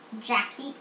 Jackie